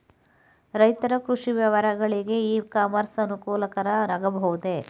ರೈತರ ಕೃಷಿ ವ್ಯವಹಾರಗಳಿಗೆ ಇ ಕಾಮರ್ಸ್ ಅನುಕೂಲಕರ ಆಗಬಹುದೇ?